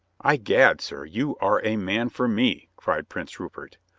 i'gad, sir, you are a man for me, cried prince rupert.